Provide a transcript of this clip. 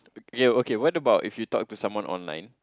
okay okay what about if you talk to someone online